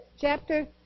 chapter